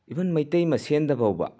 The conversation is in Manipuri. ꯏꯚꯟ ꯃꯩꯇꯩ ꯃꯁꯦꯜꯗꯐꯥꯎꯕ